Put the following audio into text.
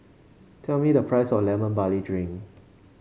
tell me the price of Lemon Barley Drink